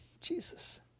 Jesus